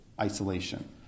isolation